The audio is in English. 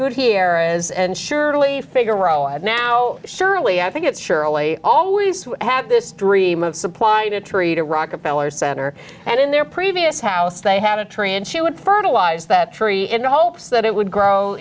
good here as and surely figaro and now surely i think it surely always had this dream of supplying to treat a rockefeller center and in their previous house they had a tree and she would fertilize that tree in the hopes that it would grow